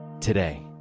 today